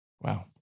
Wow